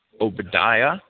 Obadiah